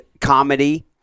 comedy